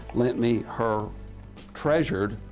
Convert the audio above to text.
lent me her treasured,